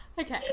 Okay